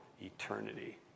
eternity